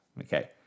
Okay